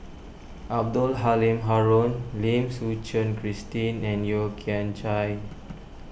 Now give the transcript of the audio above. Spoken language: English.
Abdul Halim Haron Lim Suchen Christine and Yeo Kian Chye